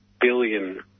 billion